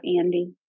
Andy